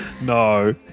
No